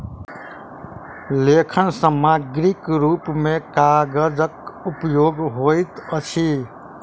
लेखन सामग्रीक रूप मे कागजक उपयोग होइत अछि